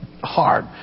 hard